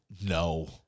No